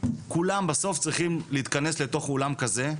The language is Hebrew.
כולם בסוף צריכים להתכנס לתוך אולם כזה,